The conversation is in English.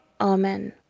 Amen